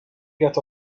get